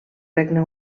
regne